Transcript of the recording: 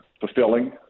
fulfilling